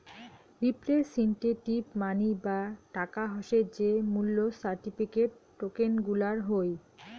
representative money বা টাকা হসে যে মূল্য সার্টিফিকেট, টোকেন গুলার হই